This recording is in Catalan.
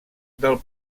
del